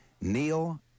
Neil